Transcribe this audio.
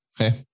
Okay